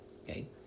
okay